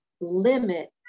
limit